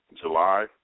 July